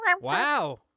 Wow